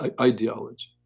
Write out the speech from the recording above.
ideology